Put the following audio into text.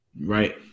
Right